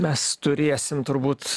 mes turėsim turbūt